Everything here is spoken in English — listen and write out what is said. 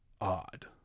odd